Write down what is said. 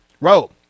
row